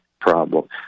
problem